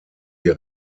die